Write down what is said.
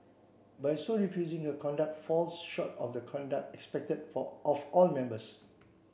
by so refusing her conduct falls short of the conduct expected for of all members